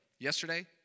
Yesterday